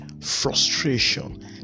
frustration